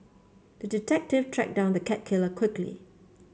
the detective tracked down the cat killer quickly